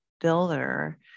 builder